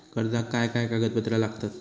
कर्जाक काय काय कागदपत्रा लागतत?